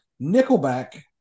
Nickelback